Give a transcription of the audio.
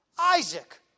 Isaac